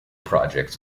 projects